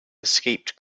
escaped